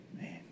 Man